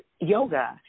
yoga